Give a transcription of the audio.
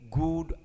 good